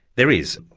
there is.